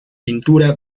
pintura